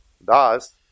Thus